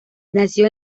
nació